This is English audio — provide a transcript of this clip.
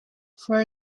for